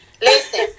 Listen